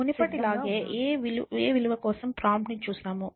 మునుపటిలాగా a విలువ కోసం ప్రాంప్ట్ ని చూస్తాము